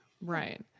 Right